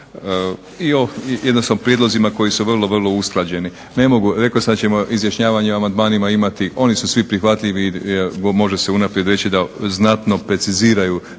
i o jednostavno prijedlozima koji su vrlo, vrlo usklađeni. Ne mogu, rekao sam da ćemo izjašnjavanje o amandmanima imati. Oni su svi prihvatljivi. Može se unaprijed reći da znatno preciziraju